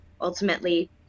ultimately